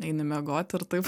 eini miegoti ir taip